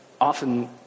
often